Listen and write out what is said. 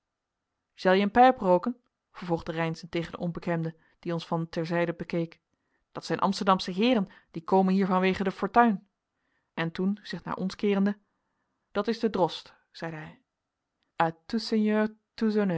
zel je een pijp rooken vervolgde reynszen tegen den onbekende die ons van ter zijde bekeek dat zijn amsterdamsche heeren die komen hier vanwege de fortuin en toen zich naar ons keerende dat is de drost zeide hij